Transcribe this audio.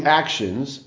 actions